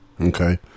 Okay